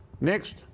Next